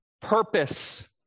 purpose